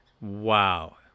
wow